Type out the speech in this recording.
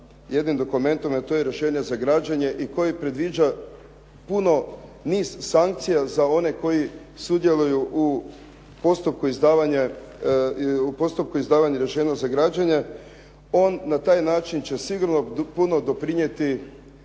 jednim dokumentom a to je rješenje za građenje i koji predviđa puno, niz sankcija za one koji sudjeluju u postupku izdavanja rješenja za građenje. On na taj način će sigurno puno doprinijeti